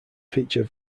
feature